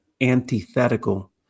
antithetical